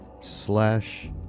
slash